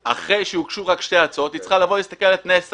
אחרי שהוגשו רק שתי הצעות היא צריכה להסתכל על תנאי הסף.